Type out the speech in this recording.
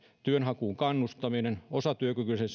työnhakuun kannustaminen osatyökykyisille